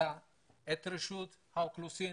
בהחלטה את רשות האוכלוסין